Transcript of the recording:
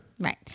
Right